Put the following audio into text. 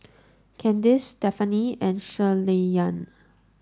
Candice Stephaine and Shirleyann